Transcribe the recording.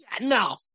No